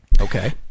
Okay